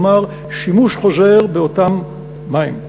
כלומר שימוש חוזר באותם מים.